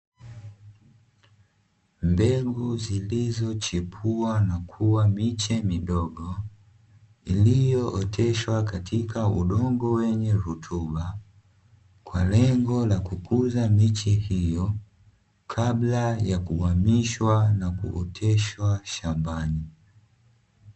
Mbegu zilizo chipua na kua miche midogo, iliyoo teshwa katika udongo wenye rutuba, kwa lengo la kukuza miche hiyo kabla ya kuhamishwa na kuoteshwa shambani.